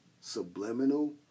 subliminal